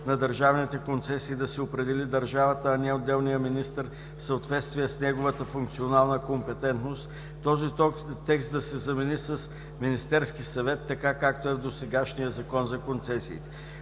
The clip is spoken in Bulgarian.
на държавните концесии да се определи държавата, а не отделният министър в съответствие с неговата функционална компетентност, този текст да се замени с „Министерски съвет", така както е в досегашния Закон за концесиите.